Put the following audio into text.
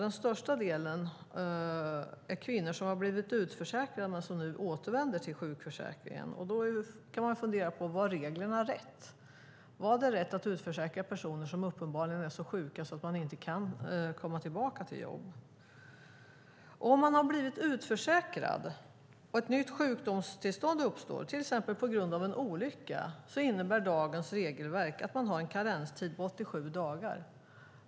Den största delen rör kvinnor som har blivit utförsäkrade men som nu återvänder till sjukförsäkringen. Då kan man fundera på om reglerna är rätt. Var det rätt att utförsäkra personer som uppenbarligen är så sjuka att de inte kan komma tillbaka till jobb? Om man har blivit utförsäkrad och ett nytt sjukdomstillstånd uppstår, till exempel på grund av en olycka, innebär dagens regelverk att man har en karenstid på 87 dagar.